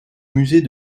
musée